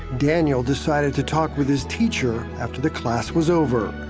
daniel decided to talk with his teacher after the class was over.